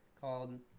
called